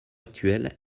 actuelle